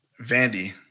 Vandy